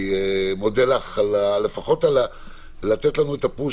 אני מודה לך לפחות על שנתת לנו את הפוש